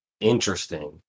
interesting